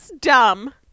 dumb